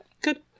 Good